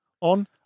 on